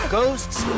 Ghosts